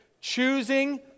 Choosing